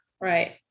right